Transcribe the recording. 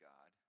God